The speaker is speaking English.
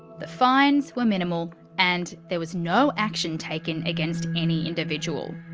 the fines were minimal and there was no action taken against any individual.